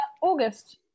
August